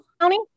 County